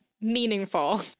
meaningful